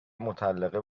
مطلقه